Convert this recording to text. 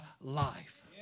life